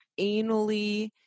anally